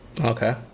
Okay